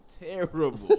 terrible